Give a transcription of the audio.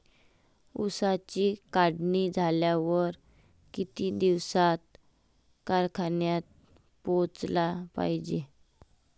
ऊसाची काढणी झाल्यावर किती दिवसात कारखान्यात पोहोचला पायजे?